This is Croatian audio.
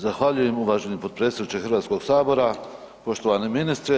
Zahvaljujem uvaženi potpredsjedniče Hrvatskog sabora, poštovani ministre.